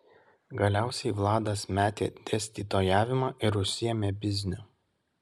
galiausiai vladas metė dėstytojavimą ir užsiėmė bizniu